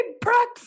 breakfast